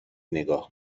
نگاه